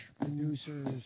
producers